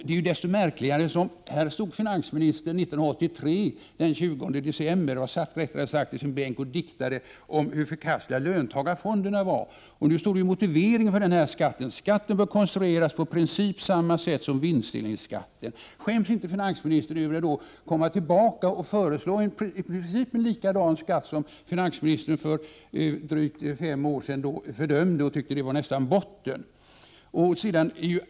Det är desto märkligare med tanke på att finansministern den 20 december 1983 satt i sin bänk och diktade om hur förkastliga löntagarfonderna var. I motiveringen till skatten står nämligen att skatten bör konstrueras på i princip samma sätt som vinstdelningsskatten. Skäms inte finansministern över att komma tillbaka och föreslå en i princip likadan skatt som finansministern för drygt fem år sedan fördömde och då tyckte var nästan botten?